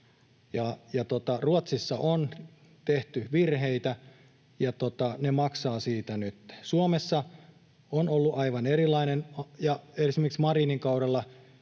Ruotsissa on tehty virheitä, ja ne maksavat siitä nytten. Suomessa on ollut aivan erilainen linja, ja esimerkiksi Marinin kaudella